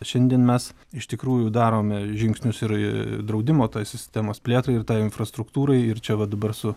šiandien mes iš tikrųjų darome žingsnius ir draudimo sistemos plėtrai ir infrastruktūrai ir čia va dabar su